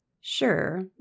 Sure